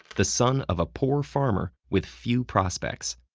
the son of a poor farmer with few prospects.